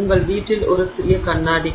உங்கள் வீட்டில் ஒரு சிறிய கண்ணாடி